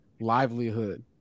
livelihood